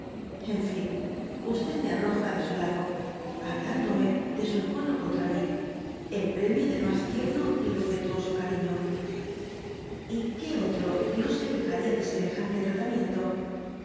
en fin me arroja de sn lado hablandome de su encono contra mi en premio del mas tierno y respetuoso caiiño y que otro no se quejaría de semejante tratamiento